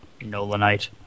Nolanite